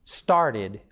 started